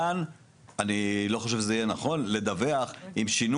כאן אני לא חושב שזה יהיה נכון לדווח אם שינו